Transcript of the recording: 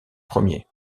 premier